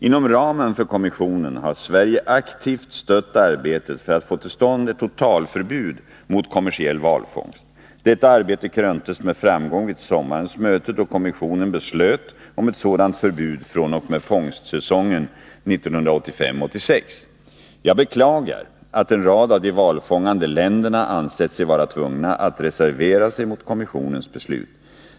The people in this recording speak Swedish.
Inom ramen för kommissionen har Sverige aktivt stött arbetet för att få till stånd ett totalförbud mot kommersiell valfångst. Detta arbete kröntes med framgång vid sommarens möte, då kommissionen beslöt om ett sådant förbud fr.o.m. fångstsäsongen 1985/86. Jag beklagar att en rad av de valfångande länderna ansett sig vara tvungna att reservera sig mot kommissionens beslut.